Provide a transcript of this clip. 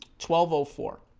twelve ah four